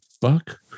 fuck